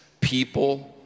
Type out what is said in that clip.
people